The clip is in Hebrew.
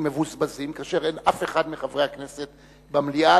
מבוזבזים כאשר אף אחד מחברי הכנסת אינו במליאה,